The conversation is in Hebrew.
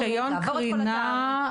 רישיון קרינה,